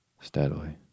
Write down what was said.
steadily